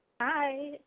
Hi